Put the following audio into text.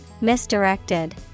Misdirected